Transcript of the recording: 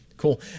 cool